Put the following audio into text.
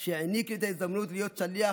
שהעניק לי את ההזדמנות להיות שליח